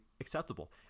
acceptable